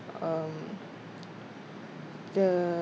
um the